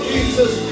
Jesus